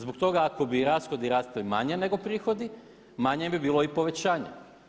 Zbog toga ako bi rashodi rasli manje nego prihodi manje bi bilo i povećanje.